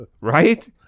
right